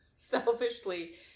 selfishly